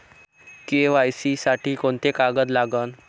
KYC साठी कोंते कागद लागन?